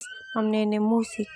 Au amnene musik.